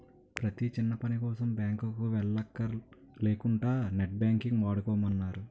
ప్రతీ చిన్నపనికోసం బాంకుకి వెల్లక్కర లేకుంటా నెట్ బాంకింగ్ వాడుకోమన్నారు